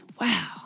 Wow